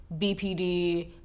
BPD